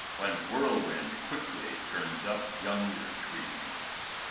when whirl wind quickly turns up younger trees.